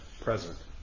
present